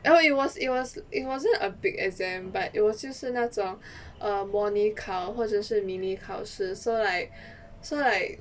oh it was it was it wasn't a big exam but it was 就是那种 err 模拟考或者是迷你考试 so like so like